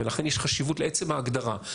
ולכן יש חשיבות לעצם ההגדרה.